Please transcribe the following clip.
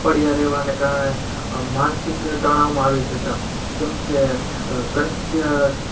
પડ્યા રહેવાને કારણે માનસિક તણાવમાં આવી જતાં કેમ કે કંટ સ અ